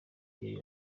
ariyo